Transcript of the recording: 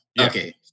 Okay